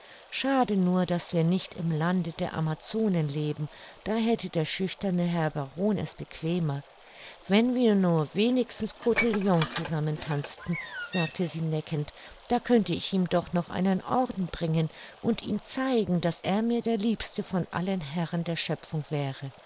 schade nur daß wir nicht im lande der amazonen leben da hätte der schüchterne herr baron es bequemer wenn wir nur wenigstens cotillon zusammen tanzten sagte sie neckend da könnte ich ihm doch noch einen orden bringen und ihm zeigen daß er mir der liebste von allen herren der schöpfung wäre